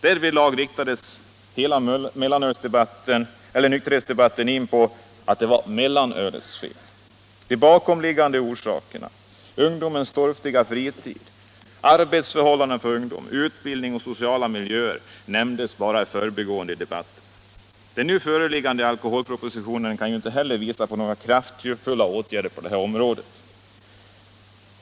Därvidlag riktades hela nykterhetsdebatten in på att allt var mellanölets fel. De bakomliggande orsakerna —- ungdomens torftiga fritid, arbetsförhållandena för ungdom, bristen på utbildning och dåliga sociala miljöer — nämndes bara i förbigående i debatten. Den nu föreliggande alkoholpropositionen kan inte heller visa på några kraftfulla åtgärder på detta område.